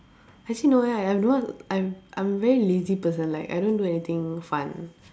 actually no eh I I don't want I'm I'm a very lazy person like I don't do anything fun